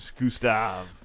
Gustav